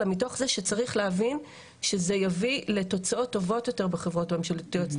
אלא מתוך זה שצריך להבין שזה יביא לתוצאות טובות יותר בחברות הממשלתיות,